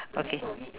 okay